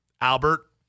Albert